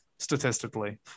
statistically